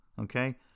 okay